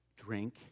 Drink